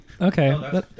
Okay